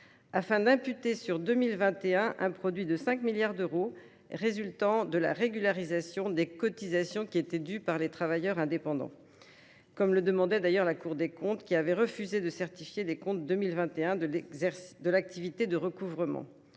d’imputer sur 2020 un produit de 5 milliards d’euros résultant de la régularisation des cotisations dues par les travailleurs indépendants, comme le demandait d’ailleurs la Cour des comptes, qui avait refusé de certifier les comptes de 2021 de l’activité de recouvrement.